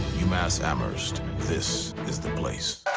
umass amherst this is the place.